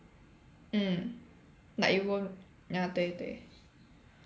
mm like you won't ya 对对